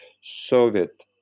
Soviet